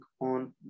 on